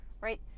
Right